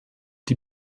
die